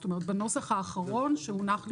זאת אומרת, בנוסח האחרון שמונח בפניכם.